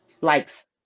likes